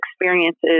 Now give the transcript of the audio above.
experiences